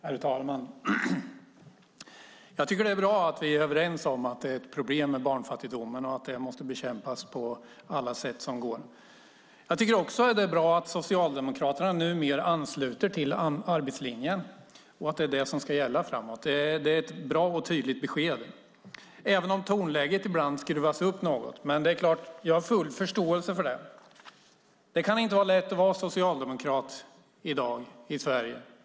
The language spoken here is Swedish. Herr talman! Jag tycker att det är bra att vi är överens om att barnfattigdomen är ett problem och att den måste bekämpas på alla sätt som går. Jag tycker också att det är bra att Socialdemokraterna numera ansluter sig till arbetslinjen och att det är den som ska gälla framåt. Det är ett bra och tydligt besked, även om tonläget ibland skruvas upp något. Men det är klart; jag har full förståelse för det. Det kan nämligen inte vara lätt att vara socialdemokrat i Sverige i dag.